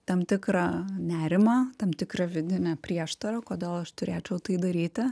tam tikrą nerimą tam tikrą vidinę prieštarą kodėl aš turėčiau tai daryti